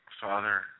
Father